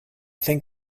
think